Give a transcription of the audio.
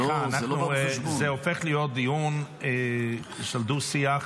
זה לא בא בחשבון.